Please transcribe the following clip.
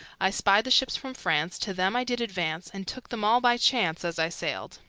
i spyed the ships from france, to them i did advance, and took them all by chance, as i sailed.